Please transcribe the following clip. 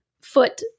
foot